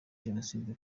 jenoside